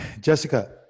Jessica